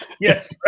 Yes